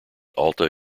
alta